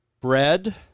bread